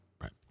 Right